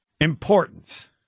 importance